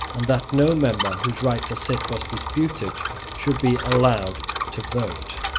and that no member whose right to sit was disputed should be allowed to vote.